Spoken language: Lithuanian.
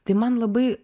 tai man labai